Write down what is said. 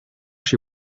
she